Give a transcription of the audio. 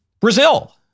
Brazil